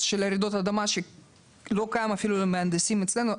קורס של רעידות אדמה שלא קיים אפילו למהנדסים אצלנו,